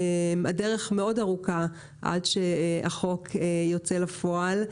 הדרך מאוד ארוכה עד שהחוק יוצא לפועל.